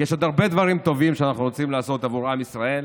כי יש עוד הרבה דברים טובים שאנחנו רוצים לעשות עבור עם ישראל.